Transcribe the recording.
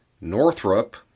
Northrop